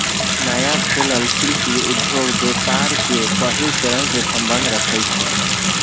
नया खोलल शिल्पि उद्योग व्यापार के पहिल चरणसे सम्बंध रखइ छै